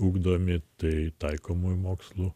ugdomi tai taikomųjų mokslų